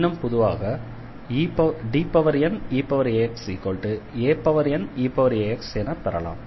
இன்னும் பொதுவாக Dneaxaneax என பெறலாம்